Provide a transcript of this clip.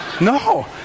No